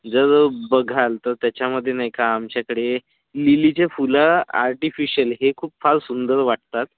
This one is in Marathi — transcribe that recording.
जर बघाल तर त्याच्यामध्ये नाही का आमच्याकडे लिलीचे फुलं आर्टिफिशल हे खूप फार सुंदर वाटतात